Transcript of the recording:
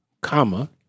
comma